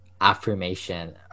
affirmation